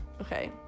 Okay